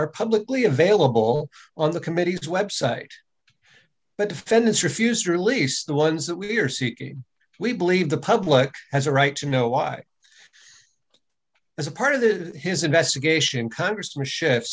are publicly available on the committee's website but the fed has refused to release the ones that we are seeking we believe the public has a right to know why as a part of the his investigation congressman schif